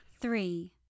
three